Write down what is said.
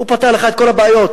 הוא פתר לך את כל הבעיות,